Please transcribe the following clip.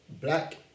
black